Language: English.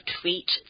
tweet